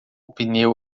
pneu